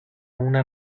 una